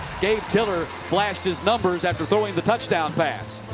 tiller flashed his numbers after throwing the touchdown pass.